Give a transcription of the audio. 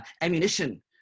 ammunition